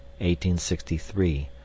1863